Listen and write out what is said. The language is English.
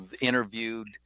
interviewed